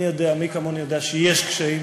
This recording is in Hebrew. אני יודע, מי כמוני יודע, שיש קשיים,